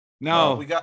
No